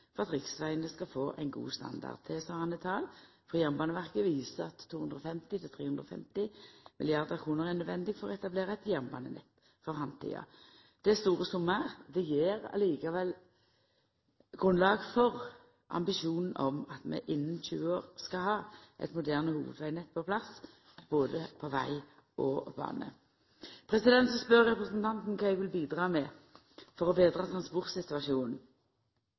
for at riksvegane skal få ein god standard. Tilsvarande tal frå Jernbaneverket viser at 250 mrd. kr–350 mrd. kr er nødvendig for å etablera eit jernbanenett for framtida. Dette er store summar. Det gjev likevel grunnlag for ein ambisjon om at vi innan 20 år skal ha eit moderne hovudnett på plass både på veg og bane. Så spør representanten Røbekk Nørve kva eg vil bidra med for å betra transportsituasjonen